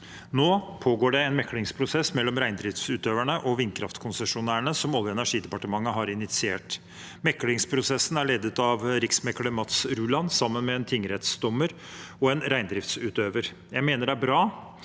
Nå pågår det en meklingsprosess mellom reindriftsutøverne og vindkraftkonsesjonærene, som Olje- og energidepartementet har initiert. Meklingsprosessen er ledet av riksmekler Mats Ruland, sammen med en tingrettsdommer og en reindriftsutøver. Jeg mener det er bra